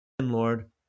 Lord